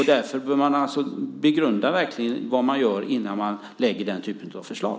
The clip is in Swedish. Man bör därför begrunda vad man gör innan man lägger fram den typen av förslag.